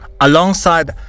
alongside